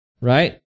Right